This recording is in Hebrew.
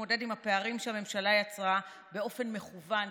להתמודד עם הפערים שהממשלה יצרה באופן מכוון,